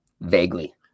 Vaguely